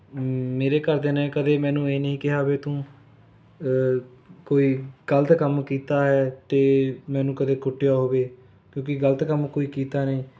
ਮੇਰੇ ਘਰਦਿਆਂ ਨੇ ਕਦੇ ਮੈਨੂੰ ਇਹ ਨਹੀਂ ਕਿਹਾ ਵੀ ਤੂੰ ਕੋਈ ਗਲਤ ਕੰਮ ਕੀਤਾ ਹੈ ਅਤੇ ਮੈਨੂੰ ਕਦੇ ਕੁੱਟਿਆ ਹੋਵੇ ਕਿਉਂਕਿ ਗਲਤ ਕੰਮ ਕੋਈ ਕੀਤਾ ਨਹੀਂ